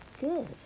Good